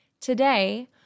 Today